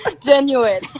Genuine